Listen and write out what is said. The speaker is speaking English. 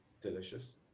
delicious